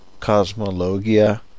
cosmologia